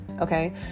okay